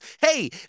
hey